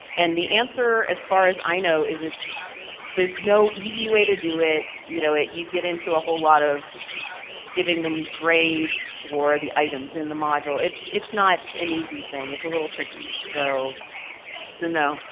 and the answer as far as i know is it's there is no easy way to do it. you know you get into a whole lot of giving them grades for the items in the module. it's it's not an easy thing, it's a little tricky. so it's a no,